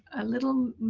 a little.